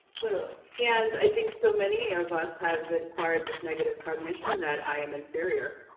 literally. and i think so many of us have acquired this negative cognition that i am inferior.